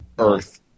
earth